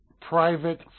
private